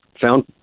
found